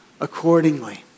accordingly